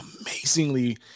amazingly